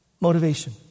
motivation